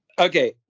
Okay